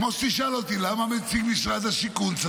כמו שתשאל אותי למה צריך להיות נציג משרד השיכון.